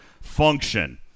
function